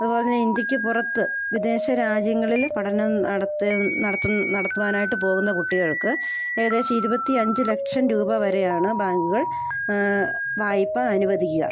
അത്പോലെ തന്നെ ഇന്ത്യക്ക് പുറത്ത് വിദേശ രാജ്യങ്ങളിൽ പഠനം നടത്ത് നടത്തും നടത്തുവാനായിട്ട് പോകുന്ന കുട്ടികൾക്ക് ഏകദേശം ഇരുപത്തി അഞ്ച് ലക്ഷം രൂപ വരെയാണ് ബാങ്ക്കൾ വായ്പ അനുവദിക്കുക